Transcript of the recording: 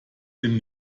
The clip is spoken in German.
dem